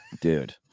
dude